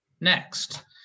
Next